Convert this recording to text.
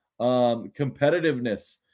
competitiveness